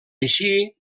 així